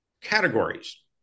categories